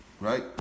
right